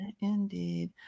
Indeed